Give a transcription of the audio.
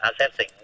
assessing